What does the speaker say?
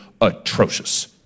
atrocious